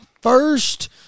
first